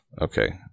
Okay